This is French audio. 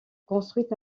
construites